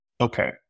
Okay